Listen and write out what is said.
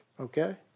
Okay